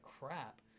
crap